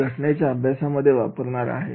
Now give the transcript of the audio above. जे घटनांच्या अभ्यासामध्ये वापरणार आहे